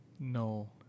No